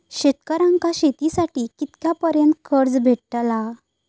शेतकऱ्यांका शेतीसाठी कितक्या पर्यंत कर्ज भेटताला?